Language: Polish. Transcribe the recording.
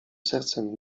sercem